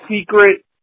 secret